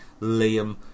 Liam